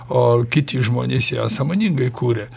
o kiti žmonės ją sąmoningai kuria